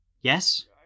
Yes